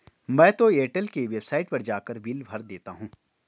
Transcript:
मैं तो एयरटेल के वेबसाइट पर जाकर बिल भर देता हूं